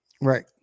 right